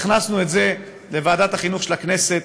הכנסנו את זה לוועדת החינוך של הכנסת,